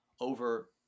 over